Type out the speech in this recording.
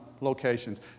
locations